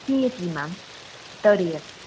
CSC ma'am third year